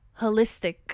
holistic